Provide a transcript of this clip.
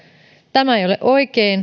tämä ei ole oikein